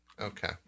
Okay